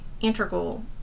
integral